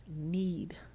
need